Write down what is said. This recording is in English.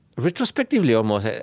retrospectively, almost,